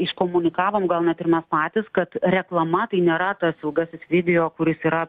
iškomunikavom gal net ir mes patys kad reklama tai nėra tas ilgasis video kuris yra